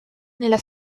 nella